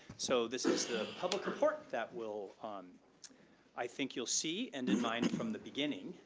so this is the public report that will um i think you'll see and in mind from the beginning,